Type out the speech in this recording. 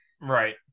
Right